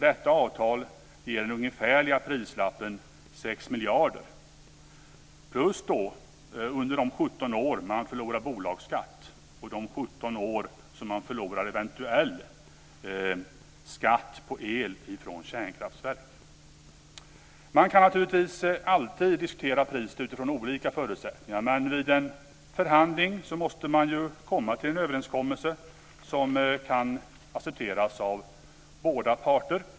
Detta avtal ger det ungefärliga priset 6 miljarder plus att man under 17 år har förlorat bolagsskatt och eventuell skatt på el från kärnkraftverk. Man kan naturligtvis alltid diskutera priset utifrån olika förutsättningar. Men vid en förhandling måste man ju komma fram till en överenskommelse som kan accepteras av båda parter.